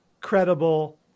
credible